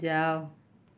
ଯାଅ